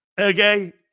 Okay